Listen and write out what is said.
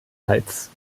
hals